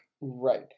Right